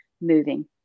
moving